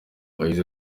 yagize